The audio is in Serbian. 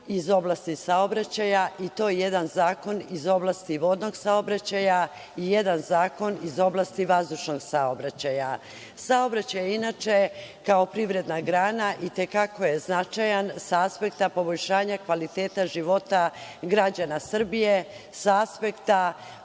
iz oblasti saobraćaja, i to jedan zakon iz oblasti vodnog saobraćaja i jedan zakon iz oblasti vazdušnog saobraćaja. Saobraćaj, inače, kao privredna grana, itekako je značajan sa aspekta poboljšanja kvaliteta života građana Srbije, sa aspekta